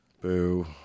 Boo